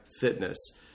fitness